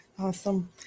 Awesome